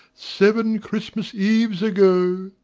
seven christmas eves ago.